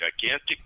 gigantic